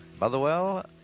Motherwell